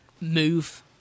move